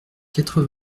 quatre